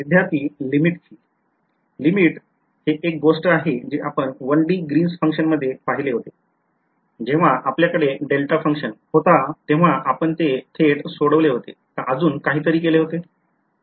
विध्यार्थी limit limit हे एक गोष्ट आहे जे आपण 1D ग्रीन्स function मध्ये पाहिले होते जेव्हा आपल्या कडे डेल्टा function होता तेव्हा आपण ते थेट सोडवले होते का अजून काहीतरी केले होते